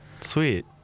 Sweet